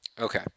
Okay